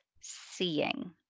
seeing